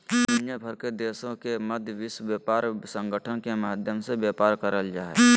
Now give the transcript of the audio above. दुनिया भर के देशों के मध्य विश्व व्यापार संगठन के माध्यम से व्यापार करल जा हइ